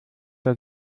der